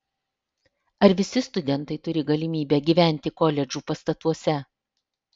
ar visi studentai turi galimybę gyventi koledžų pastatuose